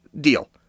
deal